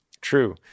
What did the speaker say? true